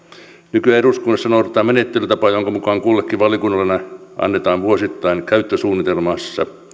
nykyään eduskunnassa noudatetaan menettelytapaa jonka mukaan kullekin valiokunnalle annetaan vuosittain käyttösuunnitelmassa